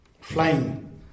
flying